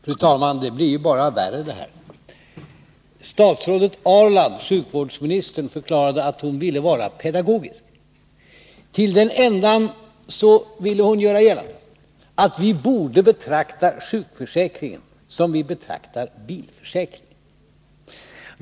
Fru talman! Det blir bara värre det här! Statsrådet Ahrland, sjukvårdsministern, förklarade att hon ville vara pedagogisk. Till den änden ville hon göra gällande att vi borde betrakta sjukförsäkringen som vi betraktar bilförsäkringar.